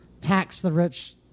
tax-the-rich